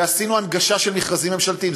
עשינו הנגשה של מכרזים ממשלתיים,